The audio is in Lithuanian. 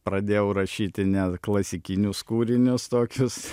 pradėjau rašyti ne klasikinius kūrinius tokius